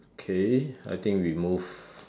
okay I think we move